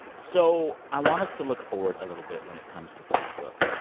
so i want us to look forward a little bit when it comes to facebook.